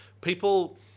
people